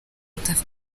tuff